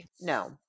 No